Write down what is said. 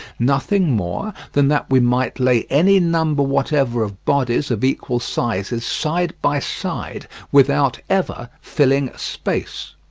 nothing more than that we might lay any number whatever of bodies of equal sizes side by side without ever filling space.